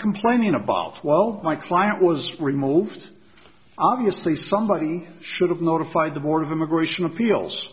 complaining about well my client was removed obviously somebody should have notified the board of immigration appeals